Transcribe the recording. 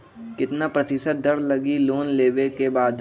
कितना प्रतिशत दर लगी लोन लेबे के बाद?